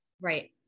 Right